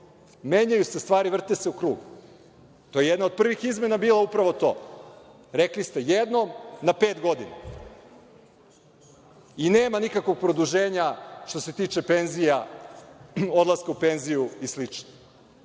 menjaju se stvari, vrte se u krug. Jedna od prvih izmena bila je bila upravo to. Rekli ste jednom na pet godina i nema nikakvog produženja što se tiče penzija, odlaska u penziju i